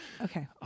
Okay